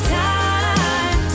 time